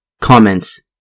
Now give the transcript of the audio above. Comments